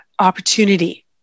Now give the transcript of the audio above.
opportunity